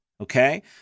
okay